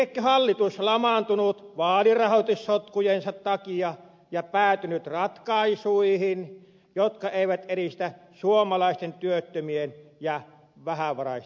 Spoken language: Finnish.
liekö hallitus lamaantunut vaalirahoitussotkujensa takia ja päätynyt ratkaisuihin jotka eivät edistä suomalaisten työttömien ja vähävaraisten asemaa